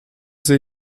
sie